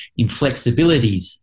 inflexibilities